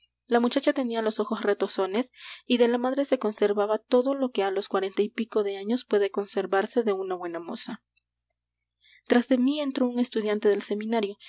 la muchacha tenía los ojos retozones y de la madre se conservaba todo lo que á los cuarenta y pico de años puede conservarse de una buena moza tras mí entró un estudiante del seminario